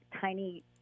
tiny